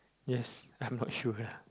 yes I'm not sure